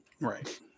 Right